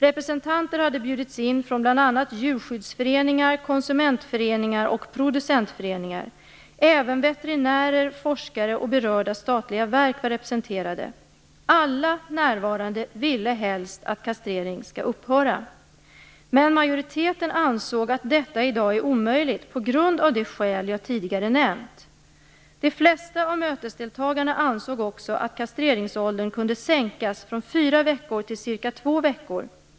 Representanter hade bjudits in från bl.a. djurskyddsföreningar, konsumentföreningar och producentföreningar. Även veterinärer, forskare och berörda statliga verk var representerade. Alla närvarande ville helst att kastrering skall upphöra, men majoriteten ansåg att detta i dag är omöjligt på grund av de skäl jag tidigare nämnt. De flesta av mötesdeltagarna ansåg också att kastreringsåldern kunde sänkas från fyra veckor till cirka två veckor.